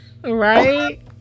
Right